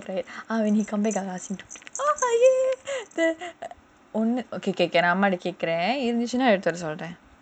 eh my father is going back right when he come back I will ask him !yay! நான் அம்மா கிட்ட கேக்குறேன் இருந்துச்சுனா எடுத்து வைக்க சொல்றேன்:naan amma kita kaekuraen irunthuchunaa eduthu vaikka solraen